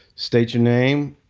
state your name.